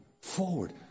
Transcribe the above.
forward